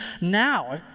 now